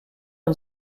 une